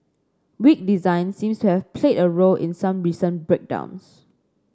weak design seems to have played a role in some recent breakdowns